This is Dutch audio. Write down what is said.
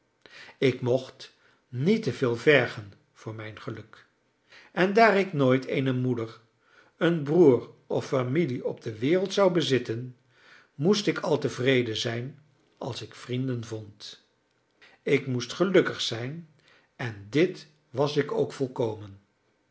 ik mocht niet te veel vergen voor mijn geluk en daar ik nooit eene moeder een broer of familie op de wereld zou bezitten moest ik al tevreden zijn als ik vrienden vond ik moest gelukkig zijn en dit was ik ook volkomen